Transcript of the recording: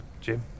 Jim